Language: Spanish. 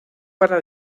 para